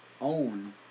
own